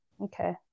okay